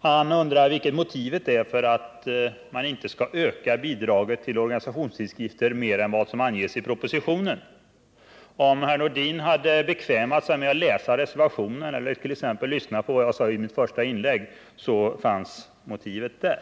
Han undrar vilket motivet är för att inte öka bidraget till organisationstidskrifter mer än vad som anges i propositionen. Om herr Nordin hade bekvämat sig med att läsa reservationen eller lyssna på vad jag sade i mitt första inlägg hade han vetat det.